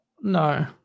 No